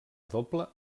doble